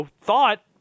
thought